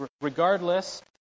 Regardless